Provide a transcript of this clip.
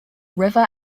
river